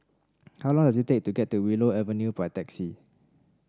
how long does it take to get to Willow Avenue by taxi